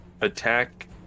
attack